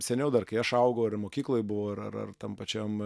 seniau dar kai aš augau ir mokykloj buvau ar ar tam pačiam